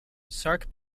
sark